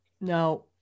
Now